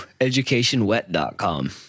educationwet.com